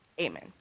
amen